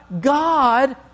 God